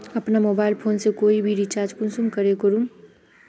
अपना mobile phone से कोई भी रिचार्ज कुंसम करे करूम?